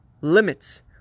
limits